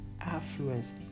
affluence